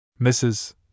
Mrs